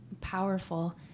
powerful